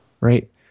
Right